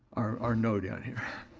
our no down here.